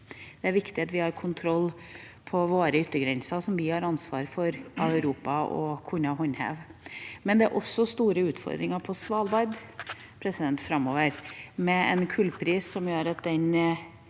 Det er viktig at vi har kontroll på våre yttergrenser som vi har ansvar for å håndheve overfor Europa. Men det er også store utfordringer på Svalbard framover, med en kullpris som gjør at den